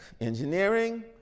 engineering